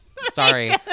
Sorry